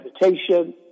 meditation